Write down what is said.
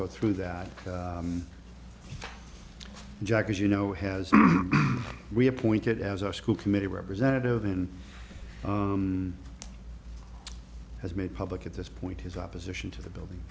go through that jack as you know has we appointed as our school committee representative and has made public at this point his opposition to the building